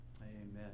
Amen